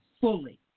fully